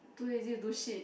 too lazy to do shit